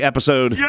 Episode